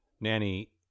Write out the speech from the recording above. Nanny